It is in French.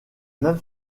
même